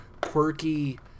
quirky